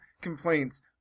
complaints